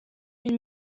une